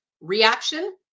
reaction